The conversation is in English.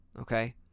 okay